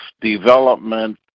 development